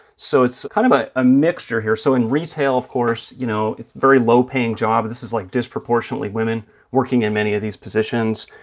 so it's kind of ah a mixture here. so in retail, of course, you know, it's very low-paying job. this is like disproportionately women working in many of these positions.